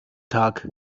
tag